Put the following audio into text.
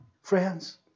friends